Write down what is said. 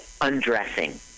Undressing